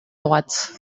droite